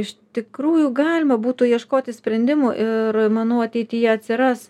iš tikrųjų galima būtų ieškoti sprendimų ir manau ateityje atsiras